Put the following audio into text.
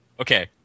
okay